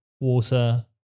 water